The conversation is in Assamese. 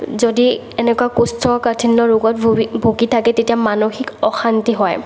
যদি এনেকুৱা কৌষ্ঠকাঠিন্য ৰোগত ভোগি থাকে তেতিয়া মানসিক অশান্তি হয়